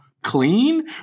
Clean